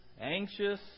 Anxious